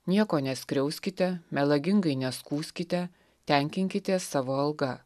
nieko neskriauskite melagingai neskųskite tenkinkitės savo alga